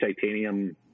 titanium